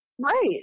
Right